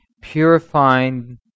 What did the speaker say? purifying